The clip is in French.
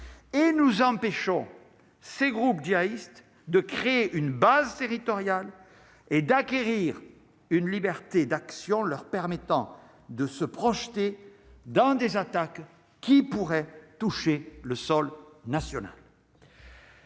et nous empêchons ces groupes jihadistes de créer une base territoriale et d'acquérir une liberté d'action, leur permettant de se projeter dans des attaques qui pourrait toucher le sol national.